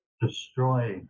destroy